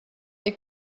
est